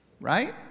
Right